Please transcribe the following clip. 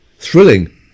Thrilling